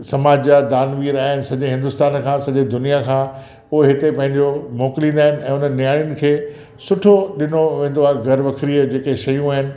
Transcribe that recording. समाज जा दानवीर आहिनि सॼे हिन्दुस्तान खां सॼे दुनिया खां हू हिते पंहिंजो मोकिलींदा आहिनि ऐं उन्हनि नियाणियुनि खे सुठो ॾिनो वेंदो आहे घरु वखारीअ जे के शयूं आहिनि